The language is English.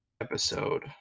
episode